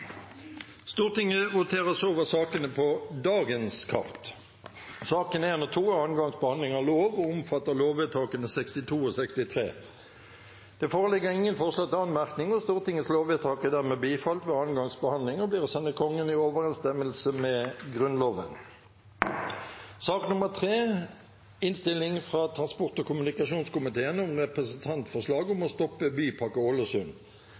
Stortinget går da over til å votere over sakene på dagens kart. Sakene 1 og 2 er andre gangs behandling av lovsak og omfatter lovvedtakene 62 og 63. Det foreligger ingen forslag til anmerkning, og Stortingets lovvedtak er dermed bifalt ved andre gangs behandling og blir å sende Kongen i overensstemmelse med Grunnloven. Under debatten har Frank Edvard Sve satt fram i alt tre